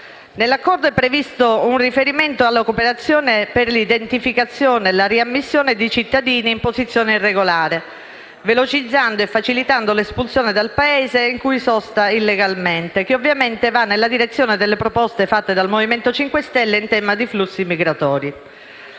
Nell'Accordo è previsto un riferimento alla cooperazione per l'identificazione e la riammissione di cittadini in posizione irregolare, velocizzando e facilitando l'espulsione dal Paese in cui sosta illegalmente, che ovviamente va nella direzione delle proposte fatte dal Movimento 5 Stelle in tema di flussi migratori.